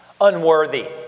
unworthy